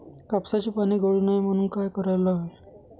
कापसाची पाने गळू नये म्हणून काय करायला हवे?